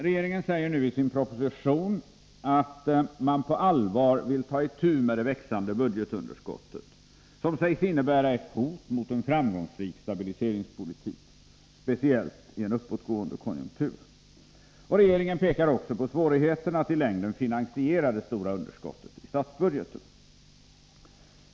Regeringen förklarar sig nu i sin proposition på allvar vilja ta itu med det växande buegetunderskottet, som sägs innebära ett hot mot en framgångsrik stabiliseringspolitik, speciellt i en uppåtgående konjunktur. Regeringen pekar också på svårigheterna att i längden finansiera det stora underskottet i statsbudgeten.